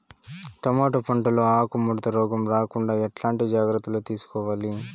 Tomato పంట లో ఆకు ముడత రోగం రాకుండా ఎట్లాంటి జాగ్రత్తలు తీసుకోవాలి?